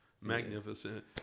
Magnificent